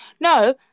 No